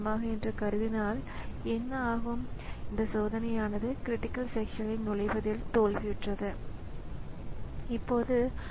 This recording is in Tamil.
எனவே இது ஒரு உள்நுழைவு செய்தியுடன் வருகிறது மேலும் சில பயனாளர்கள் கணினியில் உள்நுழைந்து கணினியை ஏதாவது செய்யும்படி கேட்கிறது